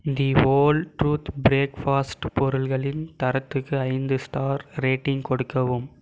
தி whole truth breakfast பொருள்களின் தரத்துக்கு ஐந்து ஸ்டார் ரேட்டிங் கொடுக்கவும்